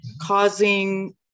causing